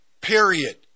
Period